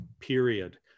period